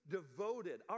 devoted